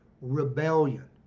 rebellion